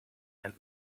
and